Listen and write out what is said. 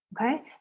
okay